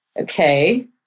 Okay